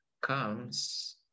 comes